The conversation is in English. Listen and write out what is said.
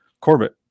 corbett